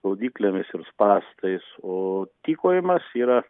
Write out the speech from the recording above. gaudyklėmis ir spąstais o tykojimas yra